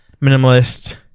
Minimalist